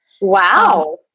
Wow